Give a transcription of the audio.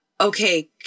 okay